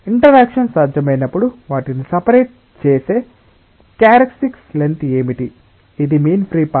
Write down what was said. interaction సాధ్యమైనప్పుడు వాటిని separate చేసే క్యారెక్టరిస్టిక్ లెంగ్త్ ఏమిటి ఇది మీన్ ఫ్రీ పాత్